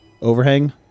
overhang